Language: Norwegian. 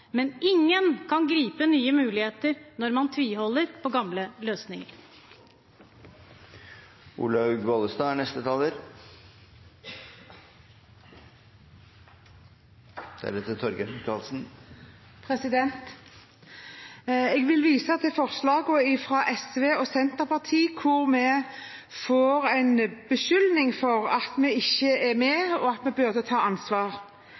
men ingen kan gripe nye muligheter når man tviholder på gamle løsninger. Jeg vil vise til forslagene fra SV og Senterpartiet, hvor vi blir beskyldt for at vi ikke er med på dem, og at vi burde ta ansvar.